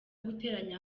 guteranya